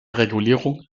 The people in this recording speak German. regulierung